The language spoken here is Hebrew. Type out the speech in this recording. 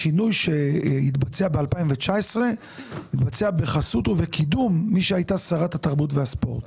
השינוי שהתבצע ב-2019 התבצע בחסות ובקידום מי שהייתה שר התרבות והספורט.